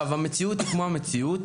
המציאות היא כמו המציאות,